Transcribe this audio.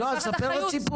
אני לוקחת אחריות.